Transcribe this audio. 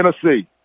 Tennessee